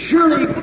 Surely